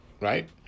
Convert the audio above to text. right